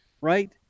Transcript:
right